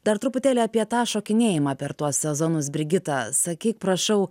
dar truputėlį apie tą šokinėjimą per tuos sezonus brigita sakyk prašau